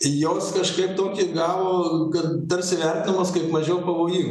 jos kažkaip tokį gavo kad tarsi vertinamos kaip mažiau pavojin